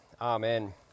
Amen